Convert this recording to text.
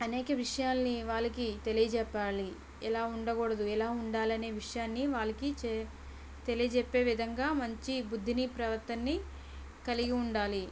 అనేక విషయాల్ని వాళ్ళకి తెలియజెప్పాలి ఇలా ఉండకూడదు ఇలా ఉండాలి అనే విషయాన్ని వాళ్ళకి చే తెలియజెప్పే విధంగా మంచి బుద్ధిని ప్రవర్తనని కలిగి ఉండాలి